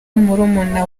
murumuna